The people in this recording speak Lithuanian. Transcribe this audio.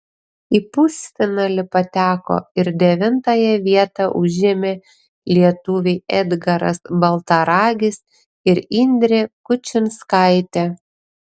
į pusfinalį pateko ir devintąją vietą užėmė lietuviai edgaras baltaragis ir indrė kučinskaitė